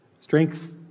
Strength